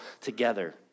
together